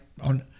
on